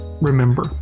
remember